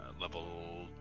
level